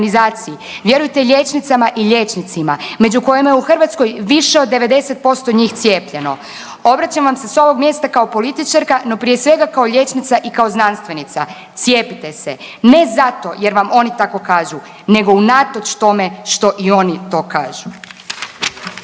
SZO-i, vjerujte liječnicama i liječnicima među kojima je u Hrvatskoj više od 90% od njih cijepljeno. Obraćam vam se s ovog mjesta kao političarka, no prije svega, kao liječnica i kao znanstvenica. Cijepite se. Ne zato jer vam oni tako kažu, nego unatoč tome što i oni to kažu.